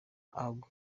jorge